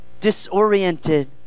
disoriented